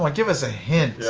like give us a hint.